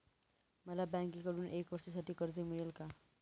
मला बँकेकडून एका वर्षासाठी कर्ज मिळेल का?